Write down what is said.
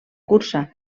cursa